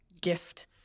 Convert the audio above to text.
gift